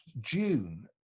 June